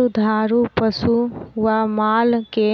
दुधारू पशु वा माल के